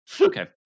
Okay